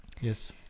Yes